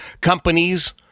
companies